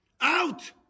Out